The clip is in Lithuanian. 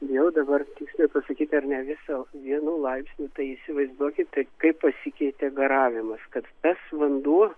bijau dabar tiksliai pasakyti ar ne visa vienu laipsniu tai įsivaizduokite kaip pasikeitė garavimas kad tas vanduo